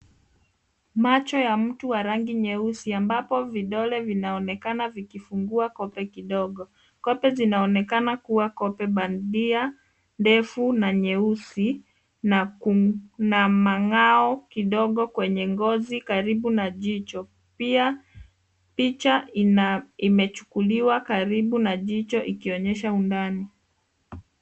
Macho ya mtu wa rangi nyeusi ambapo vidole vinaonekaana vikifungua kope kidogo. Kope zinaonekana kuwa kope bandia nyeusi na mangao kidogo kwenye ngozi karibu na jicho. Pia picha imechukuliwa karibu na jicho ikionyesha undani.